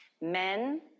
Men